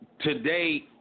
today